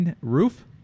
roof